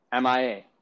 MIA